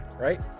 right